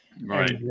Right